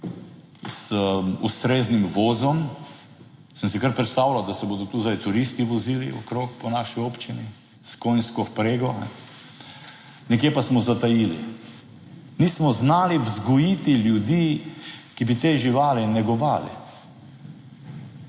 z ustreznim vozom. Sem si kar predstavljal, da se bodo tu zdaj turisti vozili okrog po naši občini s konjsko vprego. Nekje pa smo zatajili. Nismo znali vzgojiti ljudi, ki bi te živali negovali.